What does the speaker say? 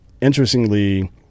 Interestingly